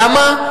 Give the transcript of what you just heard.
למה?